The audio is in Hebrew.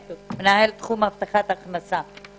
שלום, אני מנהלת תחום בכיר תעסוקת חברה ערבית